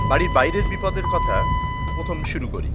বাড়ির বাইরের বিপদের কথা প্রথম শুরু করি